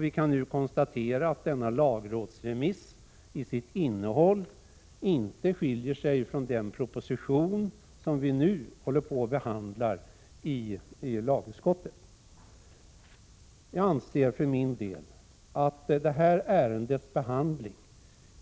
Vi kan nu konstatera att lagrådsremissen till sitt innehåll inte skiljer sig från den proposition som vi behandlar. Jag anser för min del att det här ärendets behandling